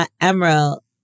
emerald